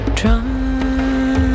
Drum